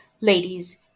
Ladies